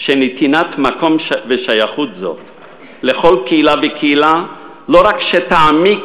שנתינת מקום ושייכות לכל קהילה וקהילה לא רק תעמיק